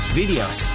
videos